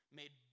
made